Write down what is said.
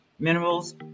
Minerals